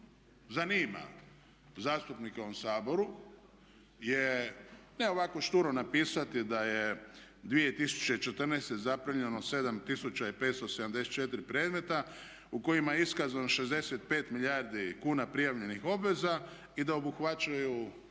zanima zastupnike u ovom Saboru je ne ovako šturu napisati da je 2014.zaprimljeno 7574 predmeta u kojima je iskazano 65 milijardi kuna prijavljenih obveza i da obuhvaćaju